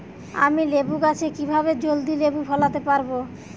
আমি লেবু গাছে কিভাবে জলদি লেবু ফলাতে পরাবো?